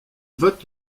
vote